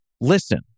listen